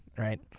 Right